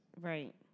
Right